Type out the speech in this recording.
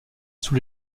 sous